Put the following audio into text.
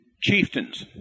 chieftains